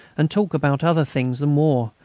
and talk about other things than war,